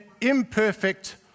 imperfect